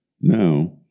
Now